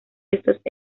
estos